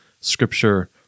scripture